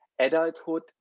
adulthood